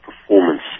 performance